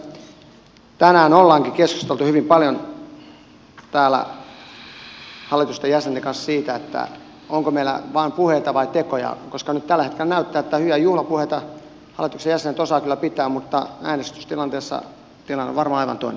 siinä mielessä tänään ollaankin keskusteltu hyvin paljon täällä hallitusten jäsenten kanssa siitä onko meillä vain puheita vai tekoja koska nyt tällä hetkellä näyttää että hyviä juhlapuheita hallituksen jäsenet osaavat kyllä pitää mutta äänestystilanteessa tilanne on varmaan aivan toinen